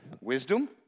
Wisdom